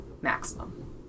maximum